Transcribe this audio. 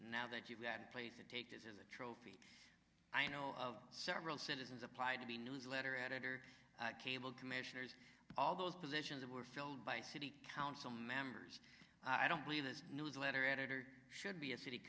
now that you've got a place to take this is a trophy i know of several citizens applied to be newsletter editor cable commissioners all those positions were filled by city council members i don't believe this newsletter editor should be a city